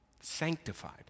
Sanctified